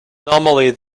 normally